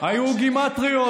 תבדוק את הצעות החוק שלי.